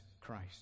Christ